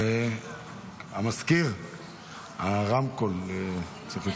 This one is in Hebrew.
אבל שיפצו את החניון איכשהו,